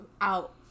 out